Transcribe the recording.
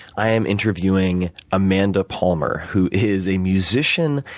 i am interviewing amanda palmer, who is a musician,